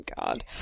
God